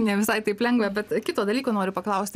ne visai taip lengva bet kito dalyko noriu paklausti